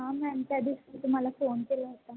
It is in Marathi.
हां मॅम त्या दिवशी तुम्हाला फोन केला होता